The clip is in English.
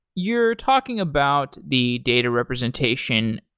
you're talking about the data representation.